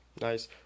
nice